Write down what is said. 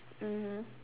mmhmm